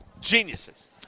Geniuses